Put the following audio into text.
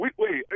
wait